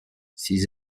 ces